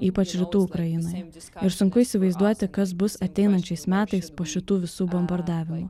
ypač rytų ukrainoje ir sunku įsivaizduoti kas bus ateinančiais metais po šitų visų bombardavimų